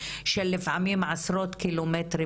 לפעמים של עשרות קילומטרים,